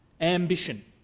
Ambition